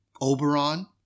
Oberon